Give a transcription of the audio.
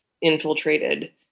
infiltrated